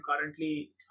currently